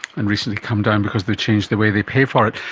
and recently come down because they change the way they pay for it.